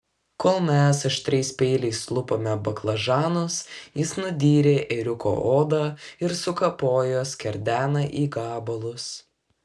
kol mes aštriais peiliais lupome baklažanus jis nudyrė ėriuko odą ir sukapojo skerdeną į gabalus